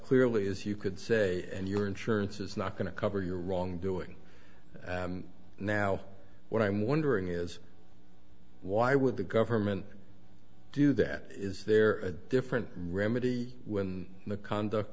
clearly as you could say and your insurance is not going to cover your wrongdoing now what i'm wondering is why would the government do that is there a different remedy when the conduct